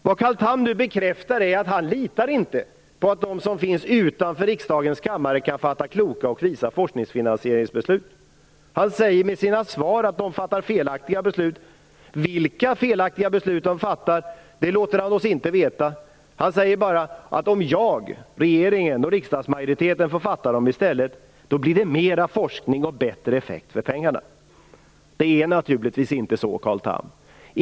Vad Carl Tham nu bekräftar är att han inte litar på att de som finns utanför riksdagens kammare kan fatta kloka och visa forskningsfinansieringsbeslut. Han säger att de fattar felaktiga beslut. Vilka felaktiga beslut som fattats låter han oss inte veta. Han säger bara att om regeringen och riksdagsmajoriteten får fatta besluten, blir det mer forskning och bättre effekt av pengarna. Det är naturligtvis inte så, Carl Tham.